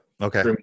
Okay